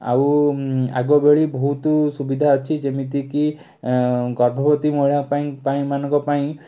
ଆଉ କି ଆଗଭଳି ବହୁତ ସୁବିଧା ଅଛି ଯେମିତି କି ଗର୍ଭବତୀ ମହିଳାପାଇଁ ପାଇଁ ମାନଙ୍କ ପାଇଁ